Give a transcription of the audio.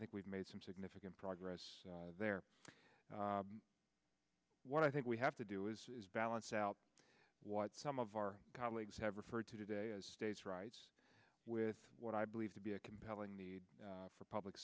think we've made some significant progress there what i think we have to do is balance out what some of our colleagues have referred to today as state's rights with what i believe to be a compelling the for public